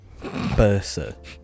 Bursa